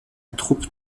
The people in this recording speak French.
troupe